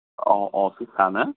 অঁ অঁ ফিফা ন